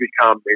become